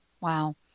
Wow